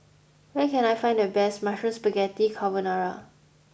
where can I find the best Mushroom Spaghetti Carbonara